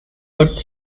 would